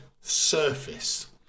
surface